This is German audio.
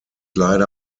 leider